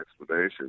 explanation